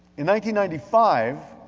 and ninety ninety five,